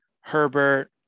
Herbert